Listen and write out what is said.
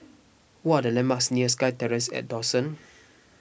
what are the landmarks near SkyTerrace at Dawson